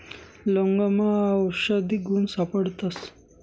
लवंगमा आवषधी गुण सापडतस